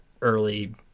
early